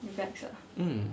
mm